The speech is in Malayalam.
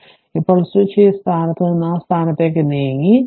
അതിനാൽ ഇപ്പോൾ സ്വിച്ച് ഈ സ്ഥാനത്ത് നിന്ന് ആ സ്ഥാനത്തേക്ക് നീങ്ങി